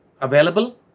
available